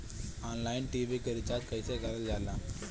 Online TV के recharge कईसे करल जाला?